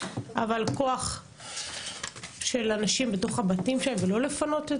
אבל כוח של אנשים בתוך הבתים שלהם ולא לפנות.